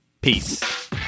Peace